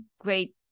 great